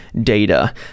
data